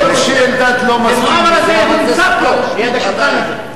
נמצא פה, ליד השולחן הזה.